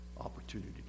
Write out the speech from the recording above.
opportunity